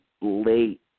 late